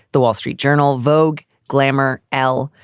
the wall street journal, vogue, glamour, elle,